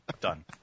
Done